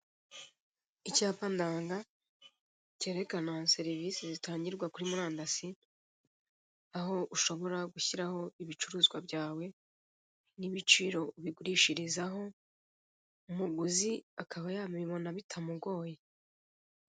Icyapa ndanga cyerekana serivise zitangirwa kuri murandasi. Aho ushobora gushyiraho ibicuruzwa byawe, n'ibiciro ubigurishirizaho. Umuguzi akaba yabobona bitamugoye.